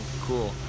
Cool